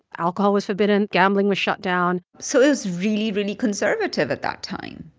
alcohol was forbidden. gambling was shut down so it was really, really conservative at that time.